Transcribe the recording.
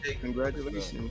Congratulations